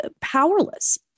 powerless